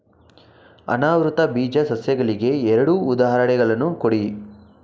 ಅನಾವೃತ ಬೀಜ ಸಸ್ಯಗಳಿಗೆ ಎರಡು ಉದಾಹರಣೆಗಳನ್ನು ಕೊಡಿ